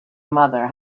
mother